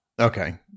Okay